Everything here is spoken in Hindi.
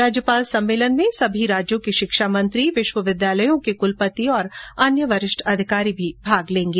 राज्यपाल सम्मेलन में सभी राज्यों के शिक्षा मंत्री विश्वविद्यालयों के क्लपति और अन्य वरिष्ठ अधिकारी भी भाग लेंगे